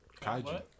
Kaiju